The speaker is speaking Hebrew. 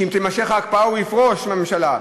שאם תימשך ההקפאה הוא יפרוש מהממשלה.